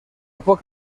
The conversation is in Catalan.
poc